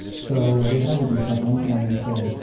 so they had to do something, and they said,